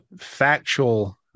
factual